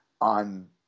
on